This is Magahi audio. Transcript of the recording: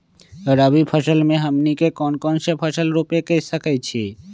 रबी फसल में हमनी के कौन कौन से फसल रूप सकैछि?